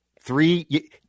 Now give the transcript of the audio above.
three